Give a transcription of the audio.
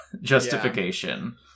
justification